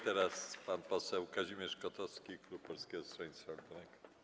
Teraz pan poseł Kazimierz Kotowski, klub Polskiego Stronnictwa Ludowego.